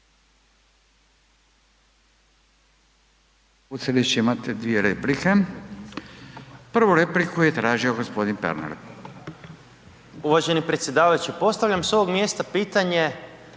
… Vucelić imate dvije replike. Prvu repliku je tražio gospodin Pernar. **Pernar, Ivan (SIP)** Uvaženi predsjedavajući. Postavljam s ovog mjesta pitanje,